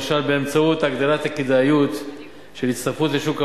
למשל באמצעות הגדלת הכדאיות של הצטרפות לשוק העבודה,